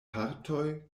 partoj